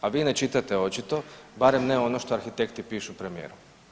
A vi ne čitate očito, barem ne ono što arhitekti pišu premijeru.